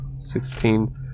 sixteen